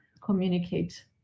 communicate